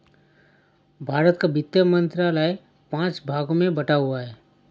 भारत का वित्त मंत्रालय पांच भागों में बटा हुआ है